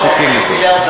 חצי מיליארד,